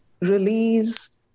release